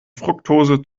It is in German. fruktose